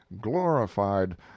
glorified